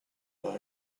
line